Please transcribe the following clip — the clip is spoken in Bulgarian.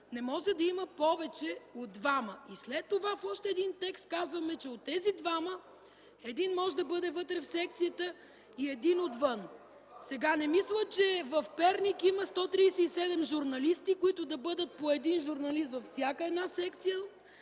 не може да има повече от двама. След това по още един текст казваме, че от тези двама един може да бъде вътре в секцията и един отвън. Не мисля, че в Перник има сто тридесет и седем журналисти, които да бъдат по един журналист във всяка секция